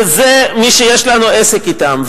ואלה מי שיש לנו עסק אתם.